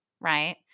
right